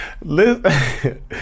Listen